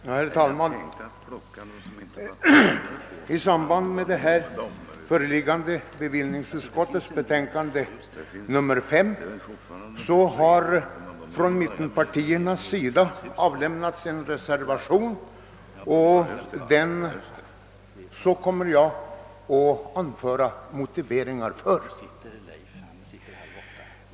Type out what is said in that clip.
Herr talman! I samband med bevillningsutskottets betänkande nr 5 har av mittenpartierna avlämnats en reservation, vilken jag kommer att anföra motiveringar för.